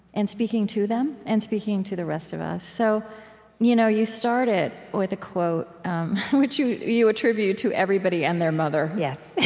and speaking to them and speaking to the rest of us. so you know you start it with a quote which you you attribute to everybody and their mother